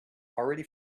already